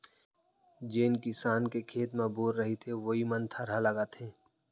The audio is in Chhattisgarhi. जेन किसान के खेत म बोर रहिथे वोइ मन थरहा लगाथें